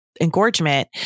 engorgement